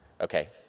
Okay